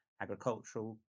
agricultural